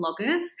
Bloggers